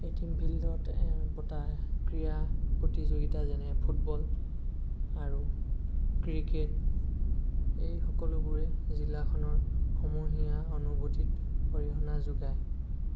এ T M ফিল্ডত পতা ক্ৰিয়া প্ৰতিযোগিতা যেনে ফুটবল আৰু ক্ৰিকেট এই সকলোবোৰে জিলাখনৰ সমূহীয়া অনুভূতিত অৰিহণা যোগায়